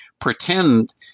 pretend